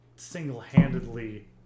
Single-handedly